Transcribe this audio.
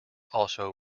also